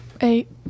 Eight